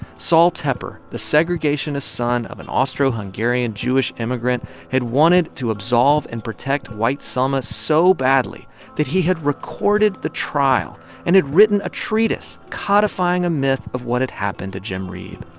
sol tepper, the segregationist son of an austro-hungarian jewish immigrant, had wanted to absolve and protect white selma so badly that he had recorded the trial and had written a treatise codifying a myth of what had happened to jim reeb.